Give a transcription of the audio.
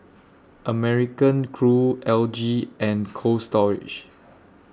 American Crew L G and Cold Storage